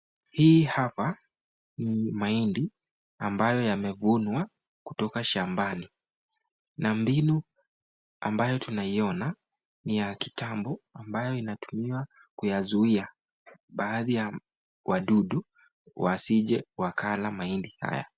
Hii hapa ni mahindi, ambayo yamevunwa kutoka shambani. Na mbinu ambayo tunaiona ,ni ya kitambo ambayo inatumiwa kuyazuiya baadhi ya wadudu wasijue wakala mahindi haya.